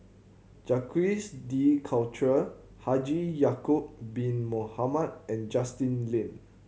Jacques De Coutre Haji Ya'acob Bin Mohamed and Justin Lean